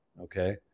Okay